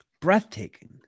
Breathtaking